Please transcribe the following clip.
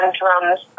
drums